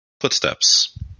footsteps